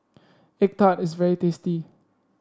egg tart is very tasty